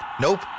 Nope